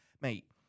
Mate